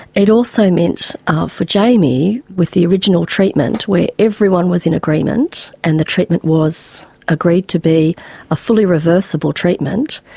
it also meant ah for jamie with the original treatment where everyone was in agreement and the treatment was agreed to be a fully reversible treatment,